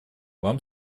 вам